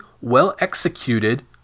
well-executed